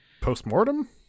Postmortem